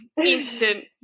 instant